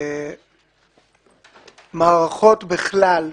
מערכות בכלל,